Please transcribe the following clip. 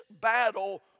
battle